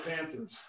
Panthers